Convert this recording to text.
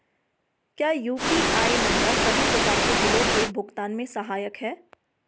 क्या UPI number सभी प्रकार के बिलों के भुगतान में सहायक हैं?